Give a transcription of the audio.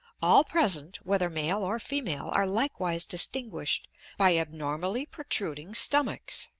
all present, whether male or female, are likewise distinguished by abnormally protruding stomachs.